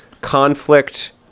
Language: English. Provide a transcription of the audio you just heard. conflict